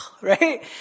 right